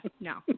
No